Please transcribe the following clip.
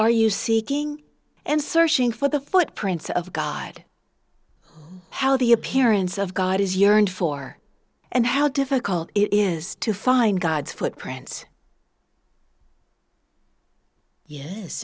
you seeking and searching for the footprints of god how the appearance of god is yearned for and how difficult it is to find god's footprints yes